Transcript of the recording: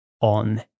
on